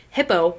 Hippo